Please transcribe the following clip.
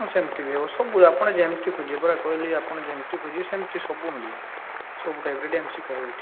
ହଁ ସେମିତି ବି ହେବ ସବୁ ଆପଣ ଯେମିତି ଖୋଜିବେ ପରା କହିଲି ଆପଣ ଯେମିତି ଖୋଜିବେ ସେମିତି ସବୁ ମିଳିବା ସବୁ ଟାଇପ୍ ର ଡ୍ୟାନ୍ସ ଶିଖା ହୁଏ ଏଠି